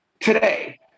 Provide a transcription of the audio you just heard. Today